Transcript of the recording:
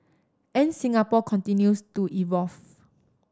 and Singapore continues to evolve